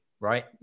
right